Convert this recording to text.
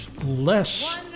Less